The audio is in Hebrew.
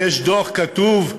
יש דוח כתוב,